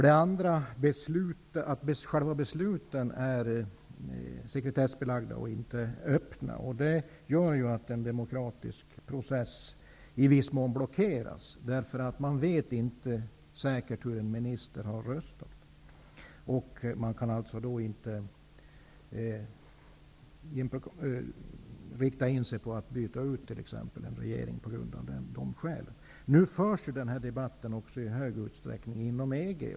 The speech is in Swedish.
Det andra problemet är att själva besluten är sekretessbelagda och inte öppna. Detta gör att en demokratisk process i viss mån blockeras därför att man inte säkert vet hur en minister har röstat. Man kan då alltså inte rikta in sig på att av dessa skäl t.ex. byta ut en regering. Nu förs denna debatt i stor utsträckning även inom EG.